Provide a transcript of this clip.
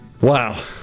Wow